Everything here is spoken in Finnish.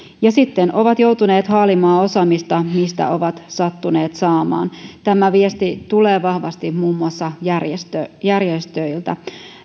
ja sitten ovat joutuneet haalimaan osaamista mistä ovat sattuneet saamaan tämä viesti tulee vahvasti muun muassa järjestöiltä